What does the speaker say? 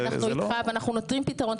אנחנו איתך, ואנחנו נותנים פתרון.